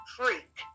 freak